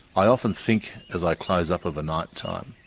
i often think as i close up of a night time,